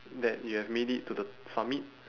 that you have made it to the summit